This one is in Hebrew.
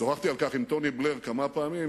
שוחחתי על כך עם טוני בלייר כמה פעמים